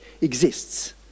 exists